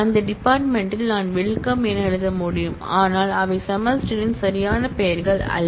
அந்த டிபார்ட்மென்ட் ல் நான் 'வெல்கம்' என 'எழுத முடியும் ஆனால் அவை செமஸ்டரின் சரியான பெயர்கள் அல்ல